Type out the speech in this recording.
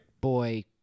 boy